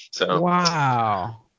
Wow